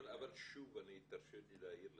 אבל שוב, תרשה לי להעיר לך,